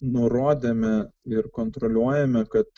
nurodėme ir kontroliuojame kad